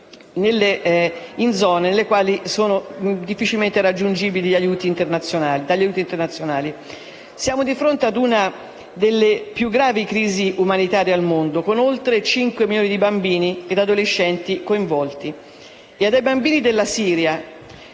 in zone che sono difficilmente raggiungibili dagli aiuti internazionali. Siamo di fronte ad una delle più gravi crisi umanitarie al mondo, con oltre 5 milioni di bambini e di adolescenti coinvolti. E ai bambini siriani